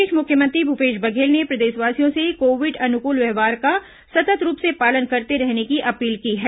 इस बीच मुख्यमंत्री भूपेश बघेल ने प्रदेशवासियों से कोविड अनुकूल व्यवहार का सतत् रूप से पालन करते रहने की अपील की है